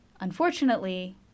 Unfortunately